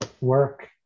work